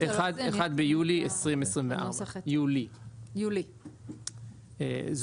"יבוא ביום (1 ביולי 2024)". כ"ה סיוון תשפ"ד.